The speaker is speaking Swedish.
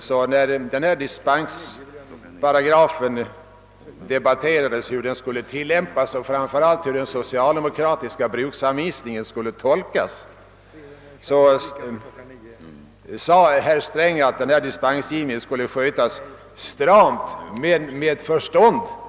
förra året, när vi diskuterade hur denna dispensparagraf skulle tilllämpas, och framför allt hur den socialdemokratiska bruksanvisningen skulle tolkas, sade herr Sträng att dispensgivningen skulle »skötas stramt, men med förstånd».